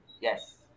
Yes